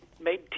made